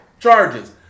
charges